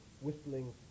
whistling